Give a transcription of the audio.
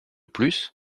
plus